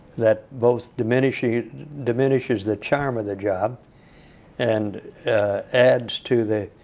that both diminishes diminishes the charm of the job and adds to the